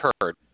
heard